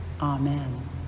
Amen